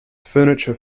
furniture